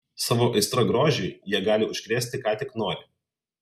savo aistra grožiui jie gali užkrėsti ką tik nori